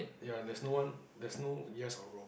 ya that's no one that's no yes or no